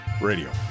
Radio